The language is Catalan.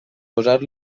posar